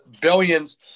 billions